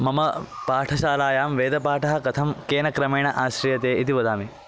मम पाठशालायां वेदपाठः कथं केन क्रमेण आश्रियते इति वदामि